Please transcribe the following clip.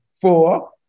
Four